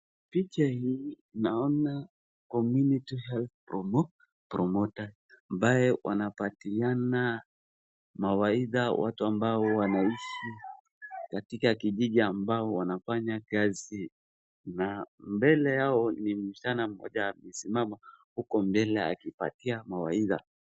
Picha hii naona community health promoter ambaye wanapatiana mawaidha watu ambao wanaishi katika Kijiji ambao wanafanya kazi na mbele Yao ni msichana mmoja amesimama uko mbele akipatia mawaidha.